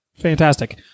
fantastic